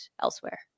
elsewhere